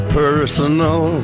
personal